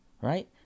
right